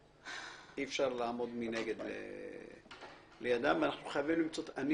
אי אפשר לעמוד מנגד לידם ואנחנו חייבים למצוא את הפתרון.